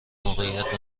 موقعیت